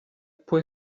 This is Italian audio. può